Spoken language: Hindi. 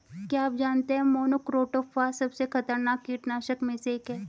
क्या आप जानते है मोनोक्रोटोफॉस सबसे खतरनाक कीटनाशक में से एक है?